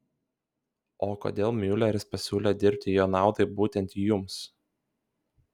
o kodėl miuleris pasiūlė dirbti jo naudai būtent jums